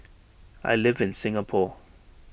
I live in Singapore